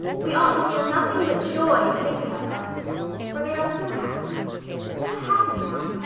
we ought to feel nothing but joy in thinking of them for they are so happy so happy now.